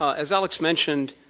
as alex mentioned,